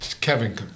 Kevin